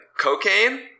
cocaine